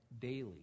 daily